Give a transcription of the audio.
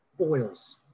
oils